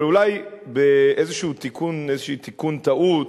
אבל אולי באיזה תיקון טעות,